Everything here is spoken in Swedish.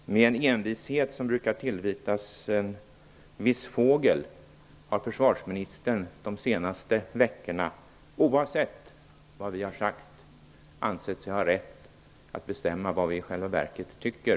Med en envishet som brukar tillvitas en viss fågel har försvarsministern de senaste veckorna, oavsett vad vi har sagt, ansett sig ha rätt att bestämma vad vi i själva verket tycker.